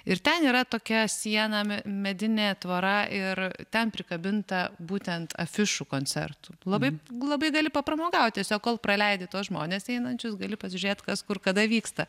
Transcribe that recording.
ir ten yra tokia siena me medinė tvora ir ten prikabinta būtent afišų koncertų labai labai gali papramogaut tiesiog kol praleidi tuos žmones einančius gali pasižiūrėt kas kur kada vyksta